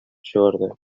чыгарды